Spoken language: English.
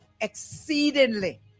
exceedingly